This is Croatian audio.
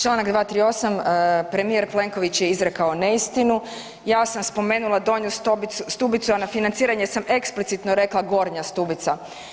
Čl. 238., premijer Plenković je izrekao neistinu, ja sam spomenuli Donju Stubicu, a na financiranje sam eksplicitno rekla Gornja Stubica.